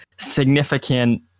significant